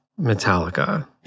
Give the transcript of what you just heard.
Metallica